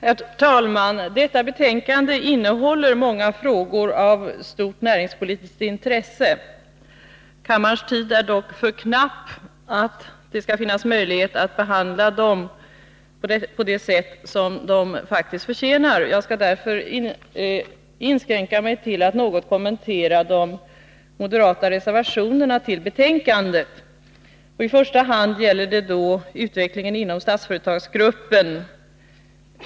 Herr talman! Detta betänkande innehåller många frågor av stort näringspolitiskt intresse. Kammarens tid är dock för knapp för att det skall finnas möjlighet att behandla dem på det sätt som de faktiskt förtjänar, och jag skall därför inskränka mig till att något kommentera de moderata reservationerna till betänkandet. Den första reservationen gäller utvecklingen inom Statsföretagsgruppen.